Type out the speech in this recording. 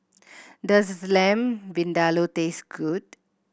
does the Lamb Vindaloo taste good